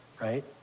right